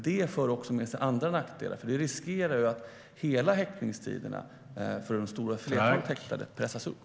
Det för dock med sig andra nackdelar, och vi riskerar att häktningstiderna för det stora flertalet häktade pressas upp.